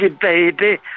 baby